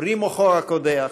פרי מוחו הקודח,